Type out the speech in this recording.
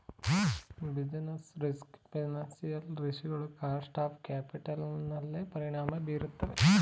business risk financial ರಿಸ್ ಗಳು cost of capital ನನ್ಮೇಲೆ ಪರಿಣಾಮ ಬೀರುತ್ತದೆ